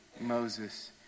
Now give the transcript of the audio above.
Moses